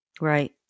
Right